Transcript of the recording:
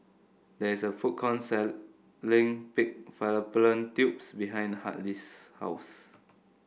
there is a food count selling Pig Fallopian Tubes behind Hartley's house